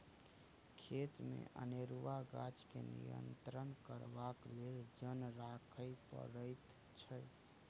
खेतमे अनेरूआ गाछ के नियंत्रण करबाक लेल जन राखय पड़ैत छै